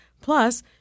Plus